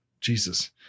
Jesus